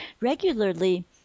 regularly